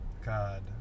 God